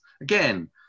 again